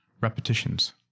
repetitions